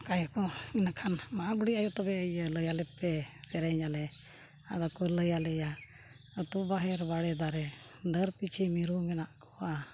ᱚᱱᱠᱟᱭ ᱟᱠᱚ ᱤᱱᱟᱹ ᱠᱷᱟᱱ ᱢᱟ ᱵᱩᱰᱷᱤ ᱟᱭᱳ ᱛᱚᱵᱮ ᱤᱭᱟᱹ ᱞᱟᱹᱭᱟᱞᱮ ᱯᱮ ᱥᱮᱨᱮᱧᱟᱞᱮ ᱟᱫᱚ ᱠᱚ ᱞᱟᱹᱭᱟᱞᱮᱭᱟ ᱟᱛᱳ ᱵᱟᱦᱮᱨ ᱵᱟᱲᱮ ᱫᱟᱨᱮ ᱰᱟᱹᱨ ᱯᱤᱪᱷᱤ ᱢᱤᱨᱩ ᱢᱮᱱᱟᱜ ᱠᱚᱣᱟ